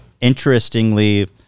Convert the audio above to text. interestingly